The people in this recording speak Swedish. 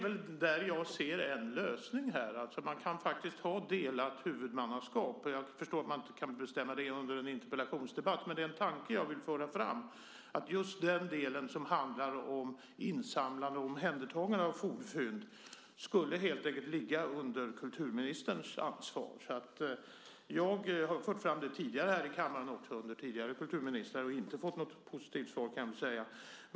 Däri ser jag faktiskt en lösning: Man kan ha delat huvudmannaskap. Nu förstår jag att man inte kan bestämma sådant under en interpellationsdebatt, men jag vill i alla fall föra fram denna tanke. Just den del som handlar om insamlande och omhändertagande av fornfynd skulle kunna ligga inom kulturministerns ansvarsområde. Jag har fört fram detta tidigare här i kammaren, under tidigare kulturministrar, utan att få något positivt svar.